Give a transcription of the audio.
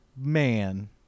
man